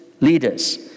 leaders